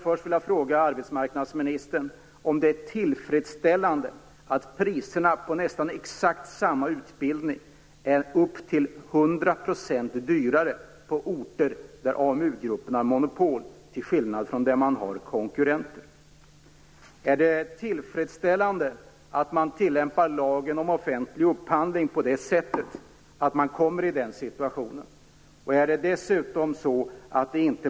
Först vill jag fråga arbetsmarknadsministern om det är tillfredsställande att priserna på nästan exakt samma utbildning är upp till 100 % dyrare på orter där AMU-gruppen har monopol, till skillnad från de orter där man har konkurrenter. Är det tillfredsställande att lagen om offentlig upphandling tillämpas på ett sådan sätt att den situationen uppstår?